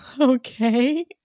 Okay